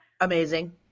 amazing